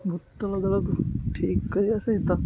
ଭୂତଳ ଜଳ ଠିକ୍ କରିବା ସହିତ